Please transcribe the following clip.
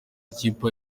amakipe